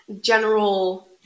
general